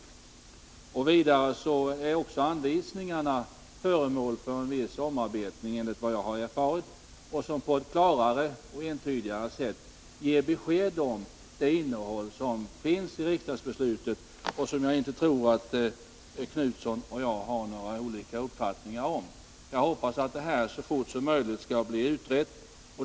Vidare är också anvisningarna föremål för en viss omarbetning, enligt vad jag har erfarit. Dessa anvisningar ger på ett klarare och entydigare sätt besked om det innehåll som finns i riksdagsbeslutet och som jag inte tror att Göthe Knutson och jag har några olika uppfattningar om. Jag hoppas att detta så fort som möjligt skall bli utrett.